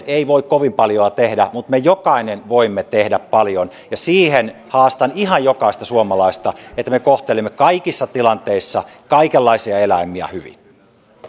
ei voi kovin paljoa tehdä mutta me jokainen voimme tehdä paljon ja siihen haastan ihan jokaista suomalaista että me kohtelemme kaikissa tilanteissa kaikenlaisia eläimiä hyvin